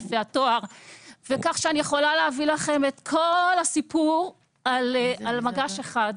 כך שאני יכולה להביא לכם את כל הסיפור על מגש אחד.